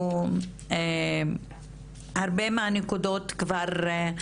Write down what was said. הרבה מהנקודות כבר,